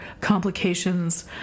complications